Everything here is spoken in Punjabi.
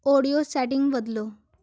ਓਡੀਓ ਸੈਟਿੰਗ ਬਦਲੋ